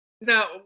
now